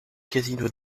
casino